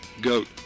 goat